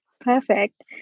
Perfect